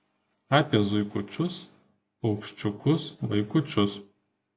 apie zuikučius paukščiukus vaikučius